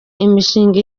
imishinga